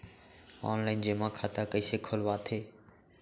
Online जेमा खाता कइसे खोलवाथे?